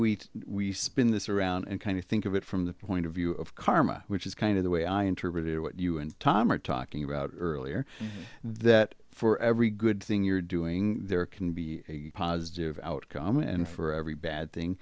we we spin this around and kind of think of it from the point of view of karma which is kind of the way i interpreted what you and tom are talking about earlier that for every good thing you're doing there can be a positive outcome and for every bad thing